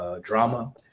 drama